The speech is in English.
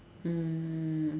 mm